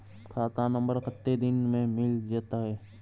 खाता नंबर कत्ते दिन मे मिल जेतै?